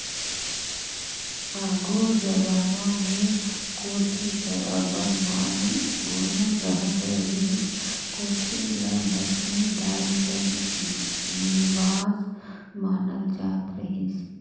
आघु जबाना मे कोठी कर अब्बड़ मान गुन रहत रहिस, कोठी ल लछमी दाई कर निबास मानल जात रहिस